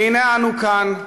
והנה אנו כאן,